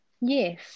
Yes